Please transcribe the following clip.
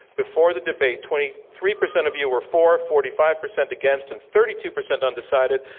before the debate, twenty three percent of you were for, forty five percent against and thirty two percent undecided.